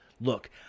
Look